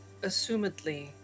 Assumedly